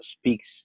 speaks